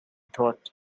thought